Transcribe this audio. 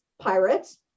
pirates